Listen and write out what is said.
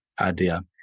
idea